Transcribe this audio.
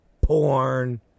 Porn